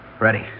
Ready